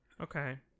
okay